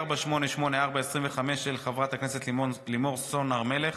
לוועדת העבודה והרווחה נתקבלה.